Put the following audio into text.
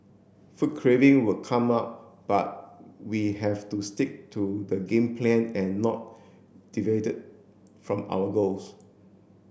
food craving would come up but we have to stick to the game plan and not from our goals